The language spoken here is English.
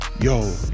Yo